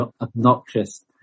obnoxious